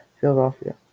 Philadelphia